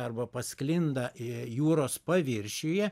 arba pasklinda jūros paviršiuje